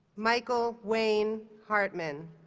michael wayne hartman